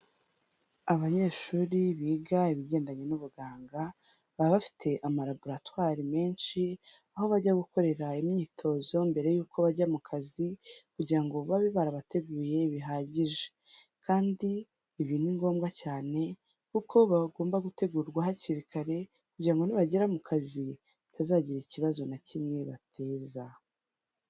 Abanyeshuri biga ibigendanye n'ubuganga, baba bafite amaraboratwari menshi, aho bajya gukorera imyitozo mbere yuko bajya mu kazi kugira ngo babe barabateguye bihagije. Kandi ibi ni ngombwa cyane kuko bagomba gutegurwa hakiri kare kugira ngo nibagera mu kazi batazagira ikibazo na kimwe bateza.